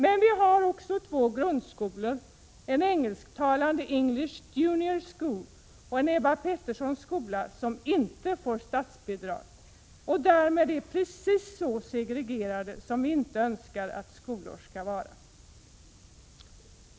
Men vi har också två grundskolor, en engelskspråkig English Junior School och en Ebba Pettersson-skola, som inte får statsbidrag. Därmed är dessa skolor precis så segregerade som skolor inte skall vara.